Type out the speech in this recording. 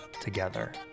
together